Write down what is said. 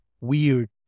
weird